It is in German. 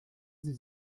sie